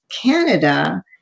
Canada